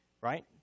right